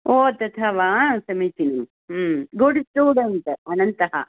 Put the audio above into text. ओ तथा वा समीचीनं गुड् स्टुडेण्ट् अनन्तः